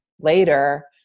later